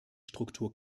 struktur